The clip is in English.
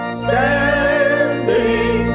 standing